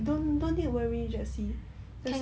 can get rid meh